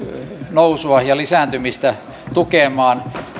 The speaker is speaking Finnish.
nousua ja lisääntymistä tukemaan